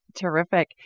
terrific